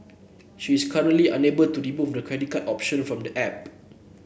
she is currently unable to remove the credit card option from the app